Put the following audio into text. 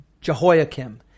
Jehoiakim